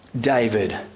David